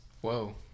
Whoa